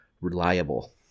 reliable